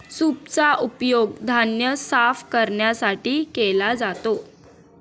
सूपचा उपयोग धान्य साफ करण्यासाठी केला जातो